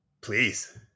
Please